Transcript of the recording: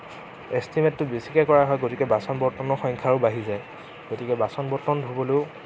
এষ্টিমেটটো বেছিকে কৰা হয় গতিকে বাচন বৰ্তনৰ সংখ্যাও বাঢ়ি যায় গতিকে বাচন বৰ্তন ধুবলৈও